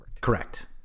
Correct